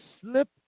Slip